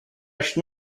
should